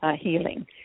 healing